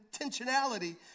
intentionality